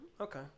okay